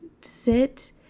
sit